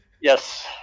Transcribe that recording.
Yes